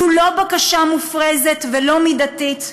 זו לא בקשה מופרזת ולא מידתית.